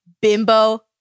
Bimbo